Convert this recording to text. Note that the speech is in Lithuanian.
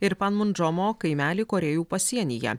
ir panmundžomo kaimelį korėjų pasienyje